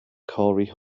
corry